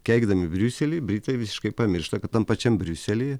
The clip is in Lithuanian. keikdami briuselį britai visiškai pamiršta kad tam pačiam briuselyje